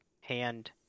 hand